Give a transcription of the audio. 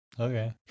Okay